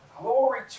glory